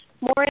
more